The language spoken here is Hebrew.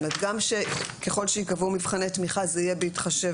ככל שייקבעו מבחני תמיכה זה יהיה בהתחשב